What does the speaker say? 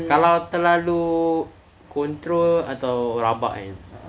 kalau terlalu control atau rabak kan